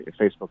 Facebook